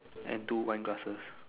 and two wine glasses